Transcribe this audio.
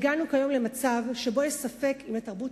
הגענו כיום למצב שבו יש ספק אם לתרבות